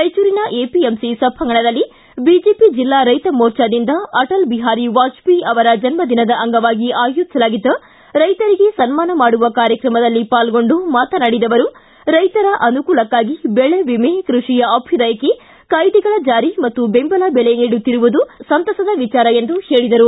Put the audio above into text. ರಾಯಚೂರಿನ ಎಪಿಎಂಸಿ ಸಭಾಂಗಣದಲ್ಲಿ ಬಿಜೆಪಿ ಜಿಲ್ಲಾ ರೈತ ಮೋರ್ಜಾದಿಂದ ಅಟಲ್ ಬಿಹಾರಿ ವಾಜಪೇಯಿ ಅವರ ಜನ್ಮ ದಿನದ ಅಂಗವಾಗಿ ಆಯೋಜಿಸಲಾಗಿದ್ದ ರೈತರಿಗೆ ಸನ್ಮಾನ ಮಾಡುವ ಕಾರ್ಯಕ್ರಮದಲ್ಲಿ ಪಾಲ್ಗೊಂಡು ಮಾತನಾಡಿದ ಅವರು ರೈತರ ಅನುಕೂಲಕ್ಕಾಗಿ ಬೆಳೆ ವಿಮೆ ಕೃಷಿಯ ಅಭ್ಯದಯಕ್ಕೆ ಕಾಯ್ದೆಗಳ ಜಾರಿ ಮತ್ತು ಬೆಂಬಲ ಬೆಲೆ ನೀಡುತ್ತಿರುವುದು ಸಂತಸದ ವಿಚಾರ ಎಂದು ಹೇಳಿದರು